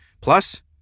Plus